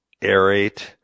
aerate